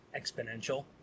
exponential